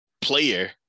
player